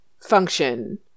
function